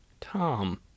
Tom